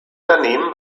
daneben